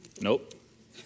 Nope